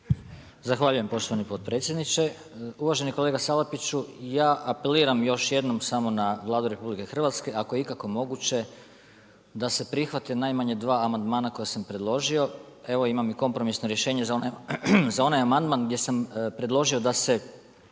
Zahvaljujem poštovani potpredsjedniče. Uvaženi kolega Salapiću. Ja apeliram još jednom samo na Vladu RH ako je ikako moguće da se prihvate najmanje dva amandmana koja sam predložio. Evo imam i kompromisno rješenje za onaj amandman gdje sam predložio da se spriječi